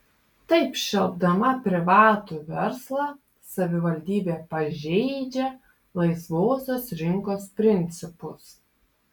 taip šelpdama privatų verslą savivaldybė pažeidžia laisvosios rinkos principus